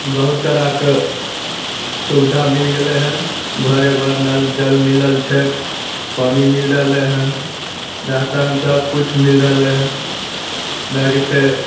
बहुत तरहके सुबिधा मिल गेलै हन घरेघर नलजल मिलल छै पानि मिल रहलै हन राशन सबकिछु मिल रहलै हन दए दै छै